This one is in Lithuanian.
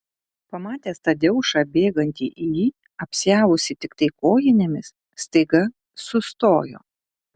pamatęs tadeušą bėgantį į jį apsiavusį tiktai kojinėmis staiga sustojo